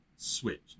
Switch